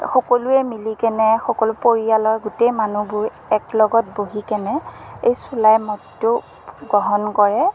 সকলোৱে মিলি কেনে সকলো পৰিয়ালৰ গোটেই মানুহবোৰ এক লগত বহি কেনে এই চুলাই মদটো গ্ৰহণ কৰে